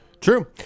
True